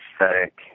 aesthetic